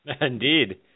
Indeed